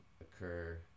occur